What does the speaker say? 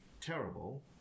terrible